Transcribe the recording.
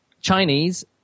Chinese